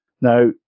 Now